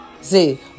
See